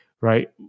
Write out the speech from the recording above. right